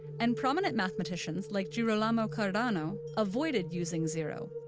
and prominent mathematicians, like gerolamo cardano, avoided using zero,